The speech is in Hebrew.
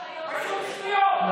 פשוט שטויות,